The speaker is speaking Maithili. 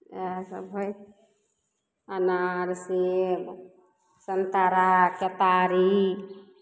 इएहसभ होय अनार सेब संतरा केतारी